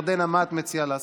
ירדנה, מה את מציעה לעשות?